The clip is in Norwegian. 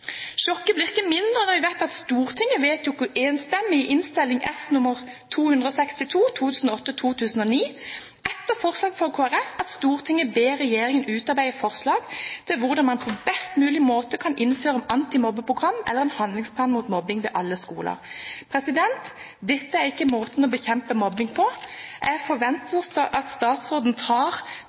Sjokket blir ikke mindre når vi vet at Stortinget vedtok enstemmig i Innst. S. nr. 262 for 2008–2009 etter forslag fra Kristelig Folkeparti: «Stortinget ber Regjeringen utarbeide forslag til hvordan det på best mulig måte kan innføres antimobbeprogram eller en handlingsplan mot mobbing ved alle skoler.» Dette er ikke måten å bekjempe mobbing på. Jeg forventer også at statsråden tar